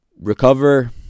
recover